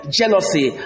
jealousy